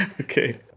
Okay